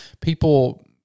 people